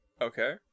Okay